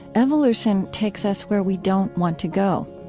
evolution takes us where we don't want to go.